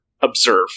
observe